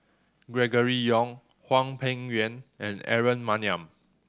Gregory Yong Hwang Peng Yuan and Aaron Maniam